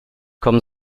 komm